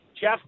jeff